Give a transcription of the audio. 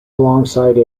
alongside